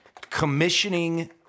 commissioning